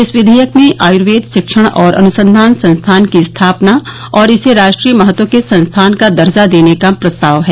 इस विवेयक में आयुर्वेद शिक्षण और अनुसंघान संस्थान की स्थापना और इसे राष्ट्रीय महत्व के संस्थान का दर्जा देने का प्रस्ताव है